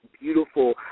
beautiful